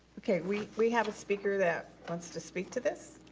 okay, we we have a speaker that wants to speak to this.